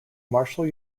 marshall